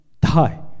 die